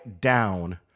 down